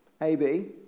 AB